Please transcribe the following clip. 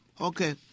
okay